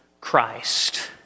Christ